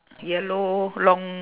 yellow long